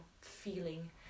feeling